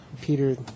Peter